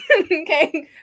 Okay